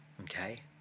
okay